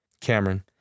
Cameron